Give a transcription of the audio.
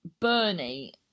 Bernie